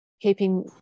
keeping